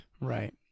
right